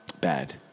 bad